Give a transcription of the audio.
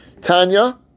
Tanya